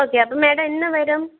okay അപ്പം madam എന്നുവരും